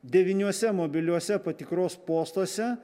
devyniuose mobiliuose patikros postuose